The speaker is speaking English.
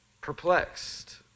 Perplexed